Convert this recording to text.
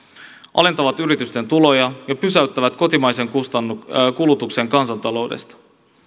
alentavat yritysten tuloja ja pysäyttävät kotimaisen kulutuksen kansantaloudesta